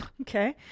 okay